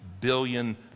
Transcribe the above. billion